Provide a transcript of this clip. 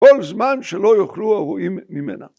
‫כל זמן שלא יוכלו הרועים ממנה.